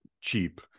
cheap